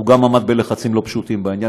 הוא גם עמד בלחצים לא פשוטים בעניין,